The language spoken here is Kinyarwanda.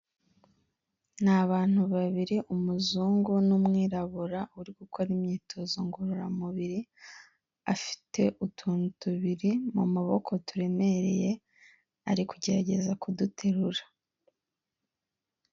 Nabantu babiri umuzungu n'umwirabura uri gukora imyitozo ngororamubiri afite utuntu tubiri mu maboko turemereye arigerageza kuduterura.